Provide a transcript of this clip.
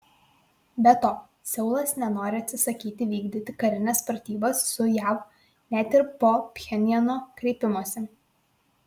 be to seulas nenori atsisakyti vykdyti karines pratybas su jav net ir po pchenjano kreipimosi